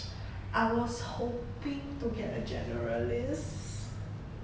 I was hoping to get a generalist